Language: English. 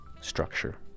structure